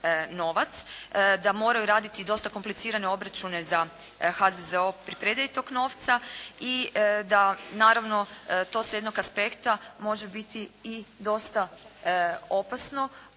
da moraju raditi dosta komplicirane obračune za HZZO pri predaji tog novca i da naravno to sa jednog aspekta može biti i dosta opasno